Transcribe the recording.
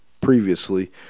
previously